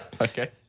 Okay